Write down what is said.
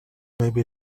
maybe